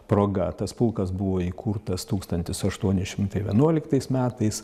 proga tas pulkas buvo įkurtas tūkstantis aštuoni šimtai vienuoliktais metais